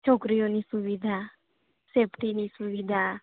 છોકરીઓની સુવિધા સેફ્ટીની સુવિધા